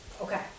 Okay